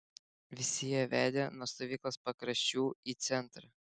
visi jie vedė nuo stovyklos pakraščių į centrą